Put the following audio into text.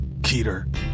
Keter